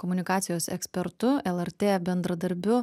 komunikacijos ekspertu lrt bendradarbiu